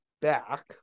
back